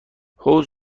حوض